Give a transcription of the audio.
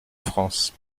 france